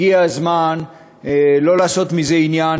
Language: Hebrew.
הגיע הזמן לא לעשות מזה עניין,